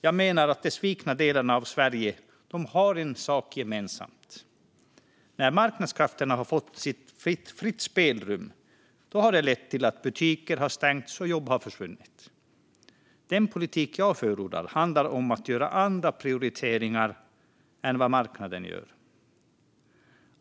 Jag menar att de svikna delarna av Sverige har en sak gemensamt, nämligen att när marknadskrafterna fått fritt spelrum har det lett till att butiker har stängts och jobb har försvunnit. Den politik jag förordar handlar om att göra andra prioriteringar än vad marknaden gör.